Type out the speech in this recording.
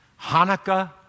Hanukkah